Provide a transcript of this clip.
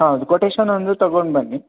ಹೌದು ಕೋಟೇಷನ್ ಒಂದು ತಗೊಂಡು ಬನ್ನಿ